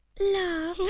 know